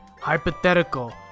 hypothetical